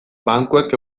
bankuek